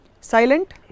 Silent